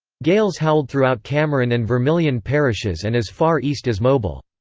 gales howled throughout cameron and vermilion parishes and as far east as mobile.